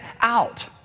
out